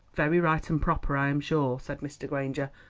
very right and proper, i am sure, said mr. granger,